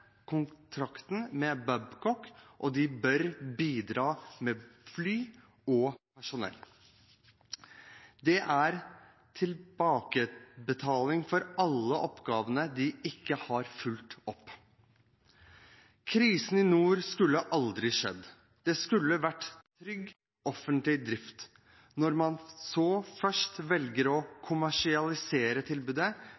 kontrakten med Babcock, og de bør bidra med fly og personell. Det er tilbakebetaling for alle oppgavene de ikke har fulgt opp. Krisen i nord skulle aldri skjedd. Det skulle vært trygg offentlig drift. Når man så først valgte å